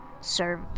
serve